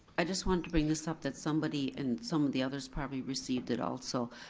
i just want to bring this up that somebody, and some of the others probably received it also,